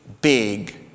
big